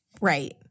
Right